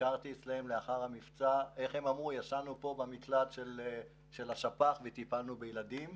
ביקרתי שם לאחר המבצע והן אמרו: ישנו פה במקלט של השפ"ח וטיפלנו בילדים.